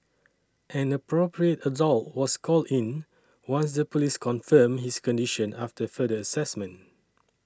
an Appropriate Adult was called in once the police confirmed his condition after further assessment